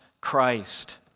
Christ